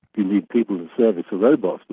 need people to service the robots,